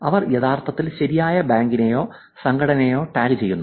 അവർ യഥാർത്ഥത്തിൽ ശരിയായ ബാങ്കിനെയോ സംഘടനയെയോ ടാഗുചെയ്യുന്നു